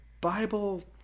Bible